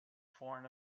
foreign